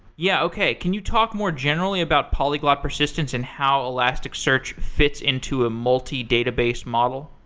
yeah okay. can you talk more generally about polyglot persistence and how elasticsearch fits into a multi-database model?